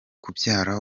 kubyara